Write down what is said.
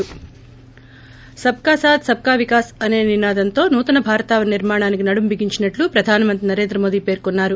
సబ్కా సాత్ సబ్కా వికాస్ అనే నినాదంతో నూతన భారతావని నిర్మాణానికి నడుం బిగించినట్లు ప్రధానమంత్రి నరేంద్ర మోదీ పేర్కొన్నారు